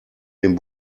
den